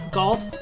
golf